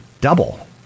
double